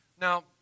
Now